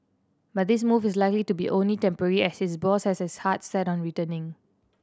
but this move is likely to only be temporary as his boss has his heart set on returning